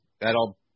that'll